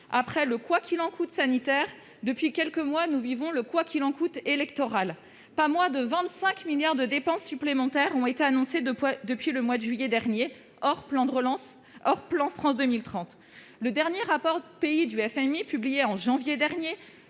après le quoi qu'il en coûte sanitaire depuis quelques mois, nous vivons le quoi qu'il en coûte électoral, pas moins de 25 milliards de dépenses supplémentaires ont été annoncées de points depuis le mois de juillet dernier, hors plan de relance, hors plan France 2030, le dernier rapport de pays du FMI publié en janvier dernier,